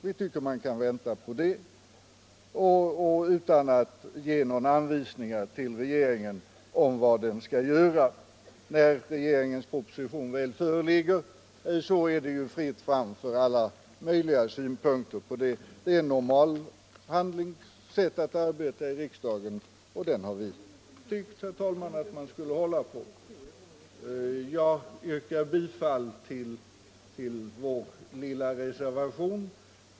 Vi tycker att man kan vänta på det utan att ge några anvisningar till regeringen om vad den skall göra. När regeringens proposition föreligger är det fritt fram för alla möjliga olika synpunkter. Det är ett normalt sätt att arbeta i riksdagen och vi har, herr talman, tyckt att vi skulle hålla på det. Jag yrkar bifall till vår lilla reservation.